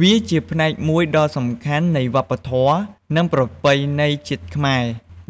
វាគឺជាផ្នែកមួយដ៏ សំខាន់នៃវប្បធម៌ និងប្រពៃណីជាតិខ្មែរ